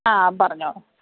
ആ പറഞ്ഞോ